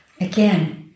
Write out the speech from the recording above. again